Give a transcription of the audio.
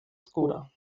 skoda